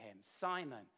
Simon